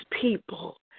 people